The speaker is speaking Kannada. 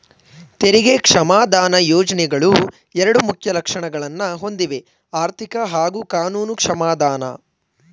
ತೆರಿಗೆ ಕ್ಷಮಾದಾನ ಯೋಜ್ನೆಗಳು ಎರಡು ಮುಖ್ಯ ಲಕ್ಷಣಗಳನ್ನ ಹೊಂದಿವೆಆರ್ಥಿಕ ಹಾಗೂ ಕಾನೂನು ಕ್ಷಮಾದಾನ